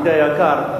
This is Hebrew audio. ידידי היקר,